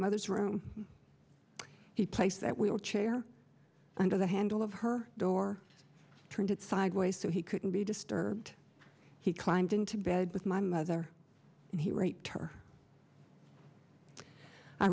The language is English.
mother's room he placed that wheelchair under the handle of her door turned it sideways so he couldn't be disturbed he climbed into bed with my mother and he raped her i